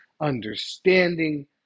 understanding